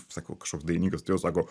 sakau kažkoks dainininkas tai jo sako